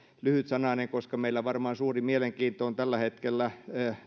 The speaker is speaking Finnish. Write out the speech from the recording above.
lyhytsanainen koska meillä on varmaan suurin mielenkiinto tällä hetkellä